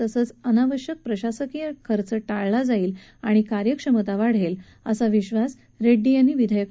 तसंच अनावश्यक प्रशासकीय खर्च टाळला जाईल आणि कार्यक्षमता वाढेल असा विश्वास रेड्डी यांनी व्यक्त केला